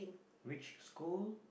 which school